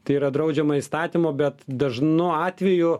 tai yra draudžiama įstatymo bet dažnu atveju